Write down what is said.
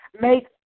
make